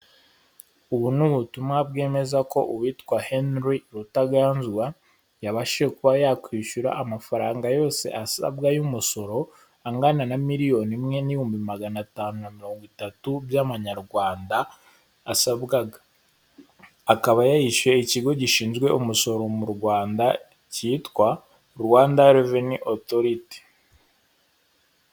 Ubu ni ubutumwa bwemeza ko uwitwa Heinri Rutaganzwa, yabashije kuba yakwishyura amafaranga yose asabwa y'umusoro, angana na miliyoni imwe n'ibihumbi magana atanu na mirongo itatu by'amanyarwanda yasabwaga, akaba yayishyuye ikigo gishinzwe umusoro mu Rwanda cyitwa Rwanda Reveni Otoriti.